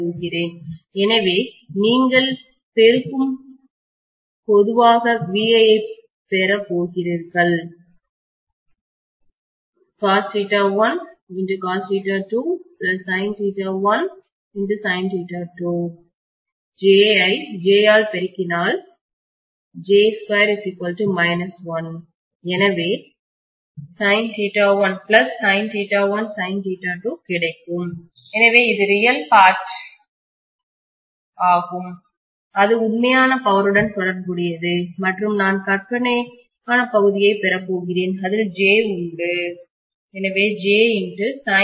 எனவே நீங்கள் பெருக்கும்போது பொதுவாக VI ஐப் பெறப் போகிறீர்கள் j ஐ j ஆல் பெருக்கினால் j2 −1 எனவே கிடைக்கும் எனவே இது ரியல் பார்ட்உண்மையான பகுதியாகும் அது உண்மையான பவருடன் தொடர்புடையது மற்றும் நான் கற்பனையான பகுதியைப் பெறப்போகிறேன் அதில் j உண்டு எனவே j